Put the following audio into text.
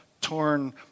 torn